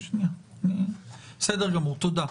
תודה.